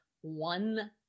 one